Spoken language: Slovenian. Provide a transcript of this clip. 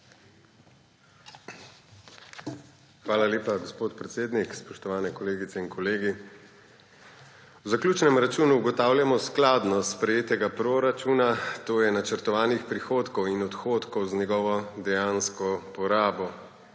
Hvala lepa, gospod predsednik. Spoštovani kolegice in kolegi! V zaključnem računu ugotavljamo skladnost sprejetega proračuna, to je načrtovanih prihodkov in odhodkov z njegovo dejansko porabo.